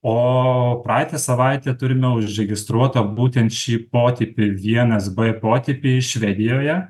o praeitą savaitę turime užregistruotą būtent šį potipį vienas b potipį švedijoje